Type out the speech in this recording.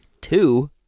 Two